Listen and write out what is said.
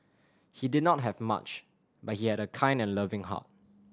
he did not have much but he had a kind and loving heart